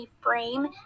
frame